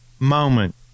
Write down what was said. moment